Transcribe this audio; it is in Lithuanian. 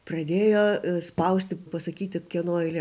pradėjo spausti pasakyti kieno eilė